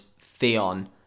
Theon